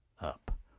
up